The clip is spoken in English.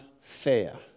fair